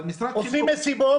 אבל משרד החינוך --- עושים מסיבות,